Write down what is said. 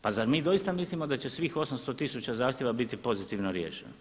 Pa zar mi doista mislimo da će svih 800 tisuća zahtijeva biti pozitivno riješeno.